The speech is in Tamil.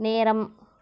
நேரம்